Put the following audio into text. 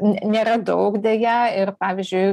ne nėra daug deja ir pavyzdžiui